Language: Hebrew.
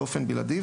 באופן בלעדי.